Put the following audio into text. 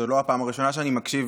זו לא הפעם הראשונה שאני מקשיב